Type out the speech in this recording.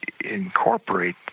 incorporate